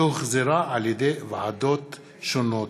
שהוחזרה על-ידי ועדות שונות.